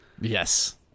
Yes